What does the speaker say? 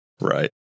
Right